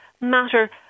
matter